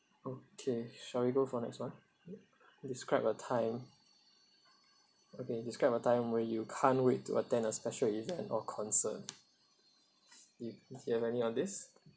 okay shall we go for next [one] describe a time okay describe a time when you can't wait to attend a special event or concert you do you have any on this